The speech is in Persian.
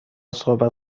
صحبت